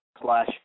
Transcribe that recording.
Slash